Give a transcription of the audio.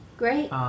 Great